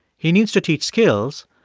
he needs to teach skills.